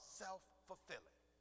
self-fulfilling